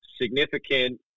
significant